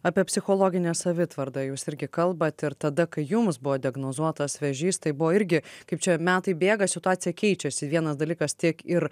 apie psichologinę savitvardą jūs irgi kalbat ir tada kai jums buvo diagnozuotas vėžys tai buvo irgi kaip čia metai bėga situacija keičiasi vienas dalykas tiek ir